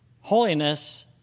Holiness